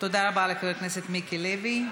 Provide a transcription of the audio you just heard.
תודה רבה לחבר הכנסת מיקי לוי.